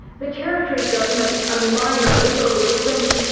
the territory government and the miner overruled them.